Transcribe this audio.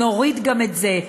נוריד גם את זה.